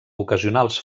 ocasionals